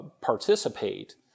Participate